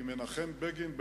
כי מנחם בגין,